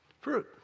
Fruit